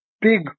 big